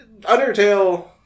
Undertale